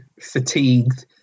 fatigued